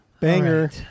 Banger